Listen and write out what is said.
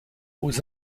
aux